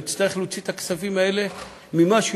הוא יצטרך להוציא את הכספים האלה ממה שהוא